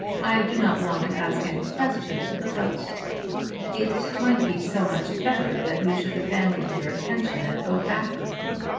i do not want to ask any questions, but it might be so much better that you should abandon your intention, and go back with me.